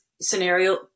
scenario